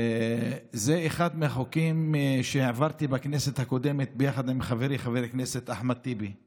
זה אחד מהחוקים שהעברתי בכנסת הקודמת ביחד עם חברי חבר הכנסת אחמד טיבי,